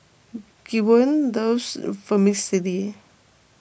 Gwen loves Vermicelli